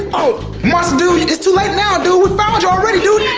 oh wh monster dude it's too late now dude we found you already dude!